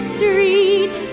Street